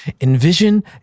envision